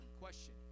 question